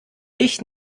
ich